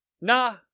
Nah